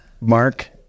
Mark